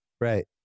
Right